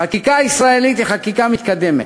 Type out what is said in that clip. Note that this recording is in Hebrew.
החקיקה הישראלית היא חקיקה מתקדמת,